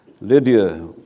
Lydia